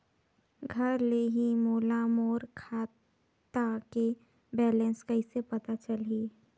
घर ले ही मोला मोर खाता के बैलेंस कइसे पता चलही?